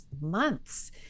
months